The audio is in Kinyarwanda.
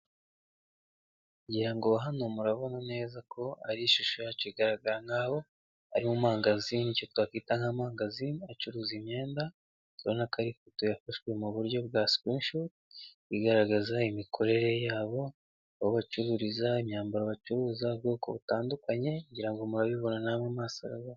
Ngira ngo hano murabona neza ko ari ishusho ya yacu igaragara nk'aho ari mu mangazini cyangwa icyo twakwita nko mangazini acuruza imyenda urabona ko ari ifoto yafashwe mu buryo bwa sikirinishuti igaragaza imikorere y'abo bacururizi, imyambaro bacuruza ubwoko butandukanye ngira ngo murabibona namwe amaso ara,,